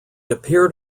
appeared